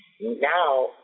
Now